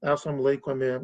esam laikomi